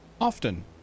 Often